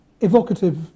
evocative